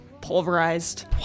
pulverized